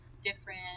different